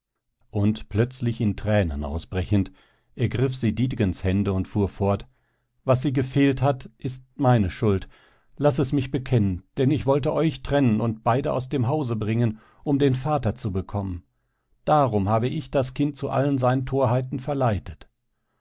und plötzlich in tränen ausbrechend ergriff sie dietegens hände und fuhr fort was sie gefehlt hat ist meine schuld laß es mich bekennen denn ich wollte euch trennen und beide aus dem hause bringen um den vater zu bekommen darum habe ich das kind zu allen seinen torheiten verleitet